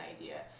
idea